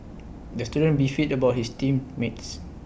the student beefed about his team mates